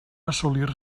assolir